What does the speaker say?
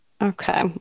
Okay